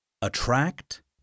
attract